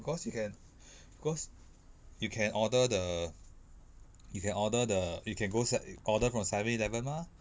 cause you can cause you can order the you can order the you can go se~ order from seven eleven mah